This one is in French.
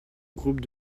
groupe